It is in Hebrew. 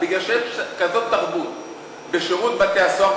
כי יש כזאת תרבות בשירות בתי-הסוהר,